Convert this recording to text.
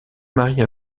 marie